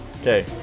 Okay